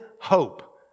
hope